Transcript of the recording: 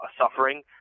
suffering